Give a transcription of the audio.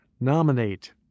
nominate